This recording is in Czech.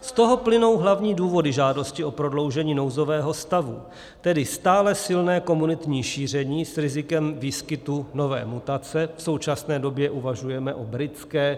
Z toho plynou hlavní důvody žádosti o prodloužení nouzového stavu, tedy stále silné komunitní šíření s rizikem výskytu nové mutace, v současné době uvažujeme o britské.